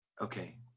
okay